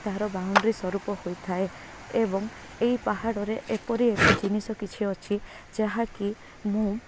ତାର ବାଉଣ୍ଡ୍ରୀ ସ୍ୱରୂପ ହୋଇଥାଏ ଏବଂ ଏହି ପାହାଡ଼ରେ ଏପରି ଏକ ଜିନିଷ କିଛି ଅଛି ଯାହାକି ମୁଁ